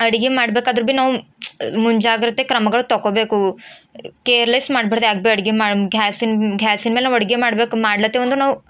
ಅಡುಗೆ ಮಾಡಬೇಕಾದ್ರೂ ಭೀ ನಾವು ಮುಂಜಾಗ್ರತೆ ಕ್ರಮಗಳು ತಗೊಳ್ಬೇಕು ಕೇರ್ಲೆಸ್ ಮಾಡಬಾರ್ದು ಯಾವಾಗ್ಬೀ ಅಡುಗೆ ಮಾ ಘ್ಯಾಸಿನ ಘ್ಯಾಸಿನ ಮೇಲೆ ನಾವು ಅಡುಗೆ ಮಾಡ್ಬೇಕು ಮಾಡ್ಲಾತ್ತೇವ ಅಂದ್ರೆ ನಾವು